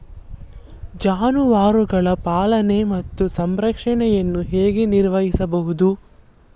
ಜಾನುವಾರುಗಳ ಪಾಲನೆ ಮತ್ತು ಸಂರಕ್ಷಣೆಯನ್ನು ಹೇಗೆ ನಿರ್ವಹಿಸಬಹುದು?